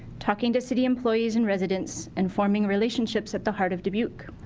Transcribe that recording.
talking to city employees and residents, and forming relationships at the heart of dubuque.